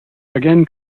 again